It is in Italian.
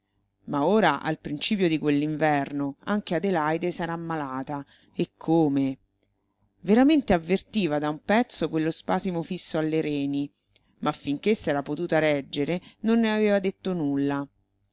ma ora al principio di quell'inverno anche adelaide s'era ammalata e come veramente avvertiva da un pezzo quello spasimo fisso alle reni ma finché s'era potuta reggere non ne aveva detto nulla